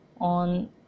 on